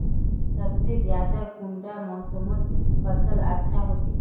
सबसे ज्यादा कुंडा मोसमोत फसल अच्छा होचे?